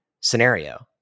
scenario